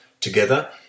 together